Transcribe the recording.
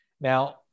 Now